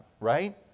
right